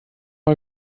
mal